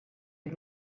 had